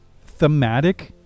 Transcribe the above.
thematic